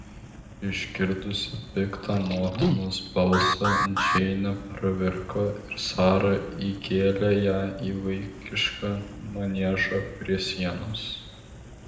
išgirdusi piktą motinos balsą džeinė pravirko ir sara įkėlė ją į vaikišką maniežą prie sienos